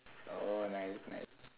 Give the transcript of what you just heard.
oh nice nice